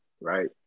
Right